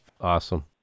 Awesome